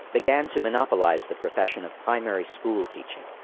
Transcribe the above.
began to monopolize the profession of primary-school teaching.